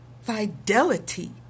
fidelity